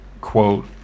quote